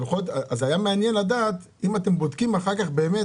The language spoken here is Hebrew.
היה מעניין לדעת אם אתם בודקים אחר כך באמת,